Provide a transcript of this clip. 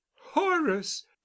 horace